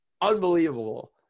unbelievable